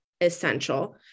essential